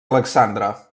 alexandre